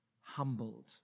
humbled